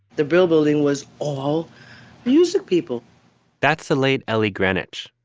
the brill building was all music people that's the late ellie greenwich.